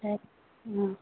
ꯐꯔꯦ ꯎꯝ